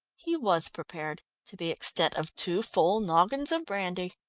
he was prepared to the extent of two full noggins of brandy.